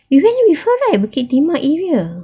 you went there before right bukit timah area